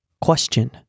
Question